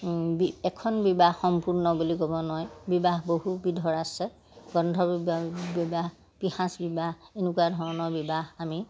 এখন বিবাহ সম্পূৰ্ণ বুলি ক'ব নোৱাৰি বিবাহ বহুবিধৰ আছে গন্ধৰ্ব বিবাহ পিশাচ বিবাহ এনেকুৱা ধৰণৰ বিবাহ আমি